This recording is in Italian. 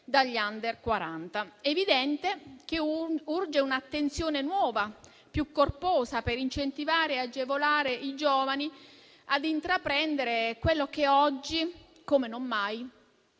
È evidente che urge un'attenzione nuova e più corposa per incentivare e agevolare i giovani a intraprendere quello che oggi come non mai appare